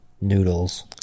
noodles